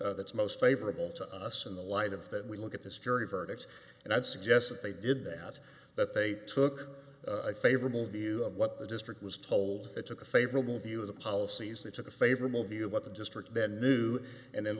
that's most favorable to us in the light of that we look at this jury verdicts and i would suggest that they did that that they took a favorable view of what the district was told it took a viable view of the policies that took a favorable view of what the district then knew and then